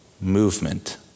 movement